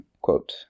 quote